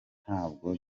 ntabwo